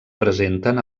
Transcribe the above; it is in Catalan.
presenten